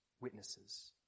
witnesses